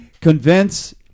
Convince